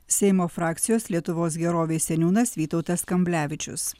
seimo frakcijos lietuvos gerovei seniūnas vytautas kamblevičius